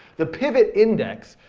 the pivot index,